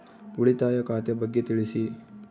ಉಳಿತಾಯ ಖಾತೆ ಬಗ್ಗೆ ತಿಳಿಸಿ?